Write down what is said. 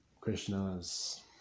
Krishna's